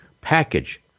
package